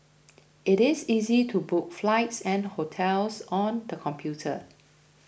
it is easy to book flights and hotels on the computer